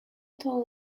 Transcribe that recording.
told